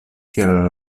kiel